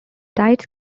diets